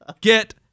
get